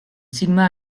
sigma